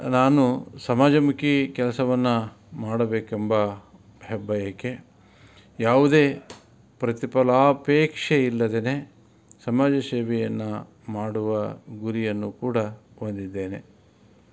ನಾನು ಸಮಾಜಮುಖಿ ಕೆಲಸವನ್ನು ಮಾಡಬೇಕೆಂಬ ಹೆಬ್ಬಯಕೆ ಯಾವುದೇ ಪ್ರತಿಫಲಾಪೇಕ್ಷೆ ಇಲ್ಲದೆ ಸಮಾಜ ಸೇವೆಯನ್ನು ಮಾಡುವ ಗುರಿಯನ್ನು ಕೂಡ ಹೊಂದಿದ್ದೇನೆ